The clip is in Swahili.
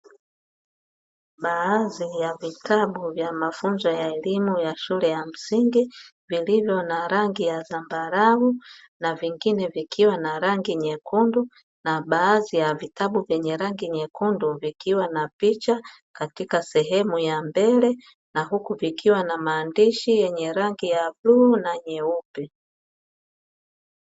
Baadhi ya vitabu vya mafunzo ya elimu ya shule ya msingi vilivyo na rangi ya dhambarau na vingine vikiwa na rangi nyekundu na baadhi ya vitabu vyenye rangi nyekundu vikiwa na picha katika sehemu ya mbele na huku vikiwa na maandishi yenye rangi ya bluu na nyeupe.